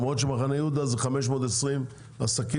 למרות שמחנה יהודה זה 520 עסקים,